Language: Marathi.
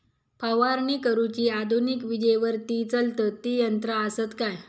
फवारणी करुची आधुनिक विजेवरती चलतत ती यंत्रा आसत काय?